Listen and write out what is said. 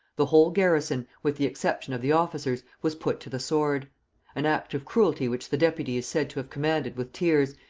the whole garrison, with the exception of the officers, was put to the sword an act of cruelty which the deputy is said to have commanded with tears,